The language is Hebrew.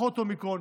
פחות אומיקרון,